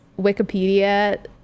wikipedia